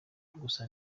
gusa